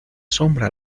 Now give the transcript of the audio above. sombra